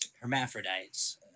hermaphrodites